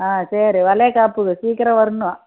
ஆ சரி வளைகாப்புக்கு சீக்கிரம் வரணும்